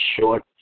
short